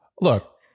Look